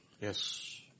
Yes